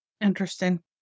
Interesting